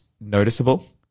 noticeable